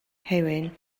hywyn